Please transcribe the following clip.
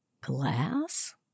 Glass